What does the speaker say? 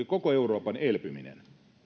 koko euroopan elpyminen